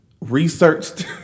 researched